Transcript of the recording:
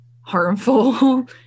harmful